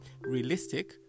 realistic